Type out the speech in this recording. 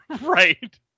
Right